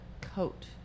coat